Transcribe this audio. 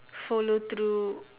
follow through